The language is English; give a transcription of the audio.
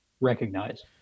recognize